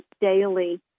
daily